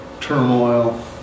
turmoil